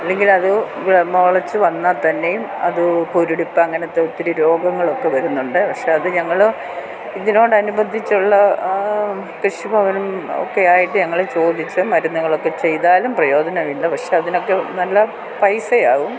അല്ലെങ്കിലത് മുളച്ച് വന്നാൽ തന്നെയും അത് കുരുടിപ്പ് അങ്ങനത്തെ ഒത്തിരി രോഗങ്ങളൊക്കെ വരുന്നുണ്ട് പക്ഷേ അത് ഞങ്ങൾ ഇതിനോട് അനുബന്ധിച്ചുള്ള കൃഷി ഭവനും ഒക്കെ ആയിട്ട് ഞങ്ങൾ ചോദിച്ച് മരുന്നുകളൊക്കെ ചെയ്താലും പ്രയോജനമില്ല പക്ഷേ അതിനൊക്കെ നല്ല പൈസയാവും